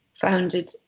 founded